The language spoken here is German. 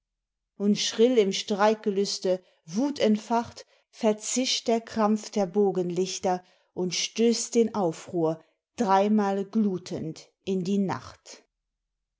und schrill im streikgelüste wutentfacht verzischt der krampf der bogenlichter und stösst den aufruhr dreimal glutend in die nacht